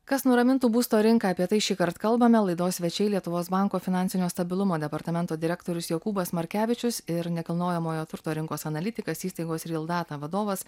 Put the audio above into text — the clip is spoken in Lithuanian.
kas nuramintų būsto rinką apie tai šįkart kalbame laidos svečiai lietuvos banko finansinio stabilumo departamento direktorius jokūbas markevičius ir nekilnojamojo turto rinkos analitikas įstaigos real data vadovas